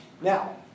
Now